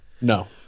No